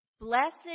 Blessed